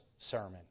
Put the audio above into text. sermon